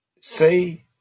Say